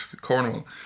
Cornwall